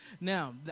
now